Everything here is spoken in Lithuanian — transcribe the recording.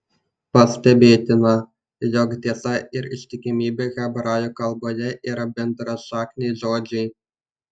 pastebėtina jog tiesa ir ištikimybė hebrajų kalboje yra bendrašakniai žodžiai